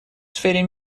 сфере